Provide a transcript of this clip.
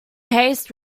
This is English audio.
haste